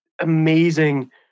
amazing